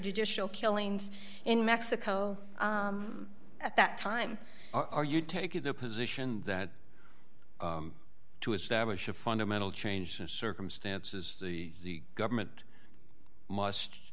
judicial killings in mexico at that time are you taking the position that to establish a fundamental change of circumstances the government must